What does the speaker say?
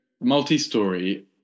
multi-story